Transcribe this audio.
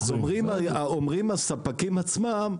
אז אומרים הספקים עצמם,